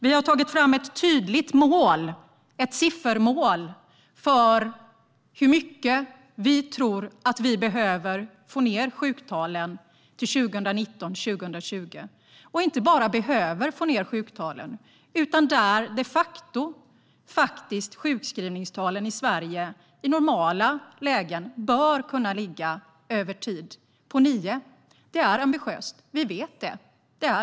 Vi har tagit fram ett tydligt mål, ett siffermål, för med hur mycket vi tror att vi behöver få ned sjuktalen till 2019-2020. Vi behöver inte bara få ned sjuktalen dit, utan i Sverige bör sjukskrivningstalen i normala lägen kunna ligga där över tid, på nio. Det är ambitiöst. Vi vet det.